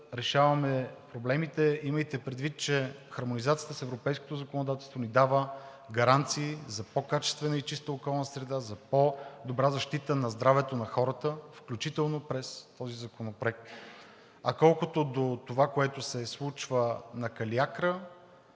решаваме проблемите. Имайте предвид, че хармонизацията с европейското законодателство ни дава гаранции за по-качествена и чиста околна среда, за по-добра защита на здравето на хората, включително през този законопроект. А колкото до това, което се случва на Калиакра,